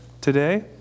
today